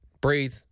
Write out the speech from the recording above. breathe